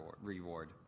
reward